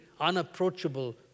unapproachable